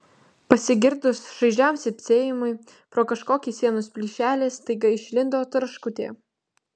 pasigirdus šaižiam cypsėjimui pro kažkokį sienos plyšelį staiga išlindo tarškutė